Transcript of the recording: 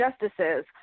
justices